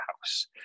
house